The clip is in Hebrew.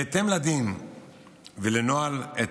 בהתאם לדין ולנוהל, את